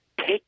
take